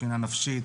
מבחינה נפשית.